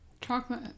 chocolate